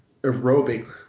aerobic